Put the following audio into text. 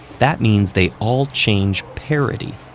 that means they all change parity,